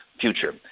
future